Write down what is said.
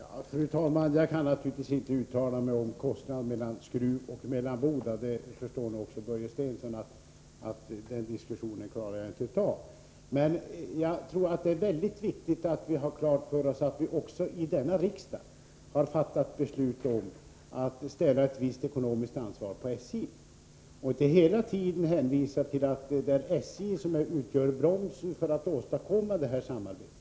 en av felparke Fru talman! Jag kan naturligtvis inte uttala mig om kostnaderna mellan ringsärenden Skruv och Emmaboda — det förstår nog också Börje Stensson. Den diskussionen klarar jag inte av. Men jag tror att det är väldigt viktigt att vi har klart för oss att vi också här i riksdagen har fattat beslut om att lägga ett visst ekonomiskt ansvar på SJ och inte hela tiden hänvisar till att SJ utgör en broms för att åstadkomma detta samarbete.